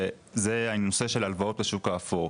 שזה הנושא של הלוואות בשוק האפור.